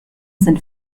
sind